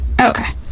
Okay